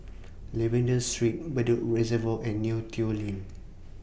Lavender Street Bedok Reservoir and Neo Tiew Lane